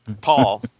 Paul